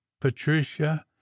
patricia